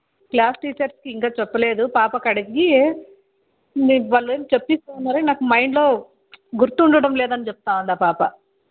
class టీచర్స్కి ఇంకా చెప్పలేదు పాపనడిగి మీరు భలే చెప్పిస్తూ ఉన్నారు నాకు మైండ్లో గుర్తుండడం లేదని చెప్తూ ఉంది ఆ పాప